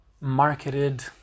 marketed